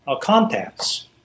contacts